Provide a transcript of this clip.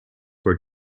were